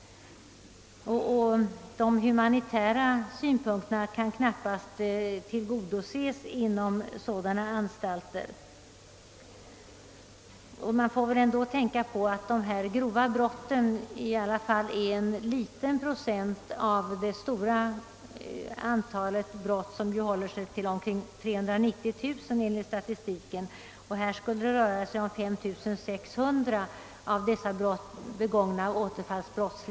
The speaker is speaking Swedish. Humanitära synpunkter kan knappast tillgodoses inom sådana anstalter. Man får väl ändå tänka på att de grova brotten utgör en obetydlig procent av det stora antalet brott, som ju håller sig omkring 390 000 om året, enligt Statistisk årsbok. Det skulle röra sig om 5 600 brott begångna av återfallsförbrytare.